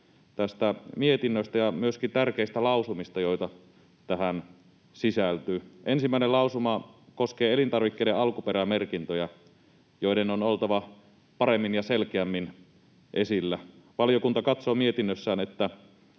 tästä mietinnöstä ja myöskin tärkeistä lausumista, joita tähän sisältyy. Ensimmäinen lausuma koskee elintarvikkeiden alkuperämerkintöjä, joiden on oltava paremmin ja selkeämmin esillä. Valiokunta katsoo mietinnössään, että